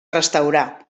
restaurar